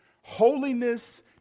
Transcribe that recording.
Holiness